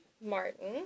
Martin